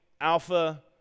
alpha